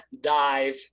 dive